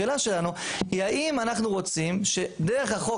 השאלה שלנו היא האם אנחנו רוצים שדרך החוק